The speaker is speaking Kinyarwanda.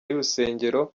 y’urusengero